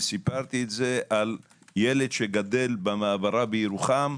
וסיפרתי זאת על ילד שגדל במעברה בירוחם,